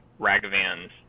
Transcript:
ragavans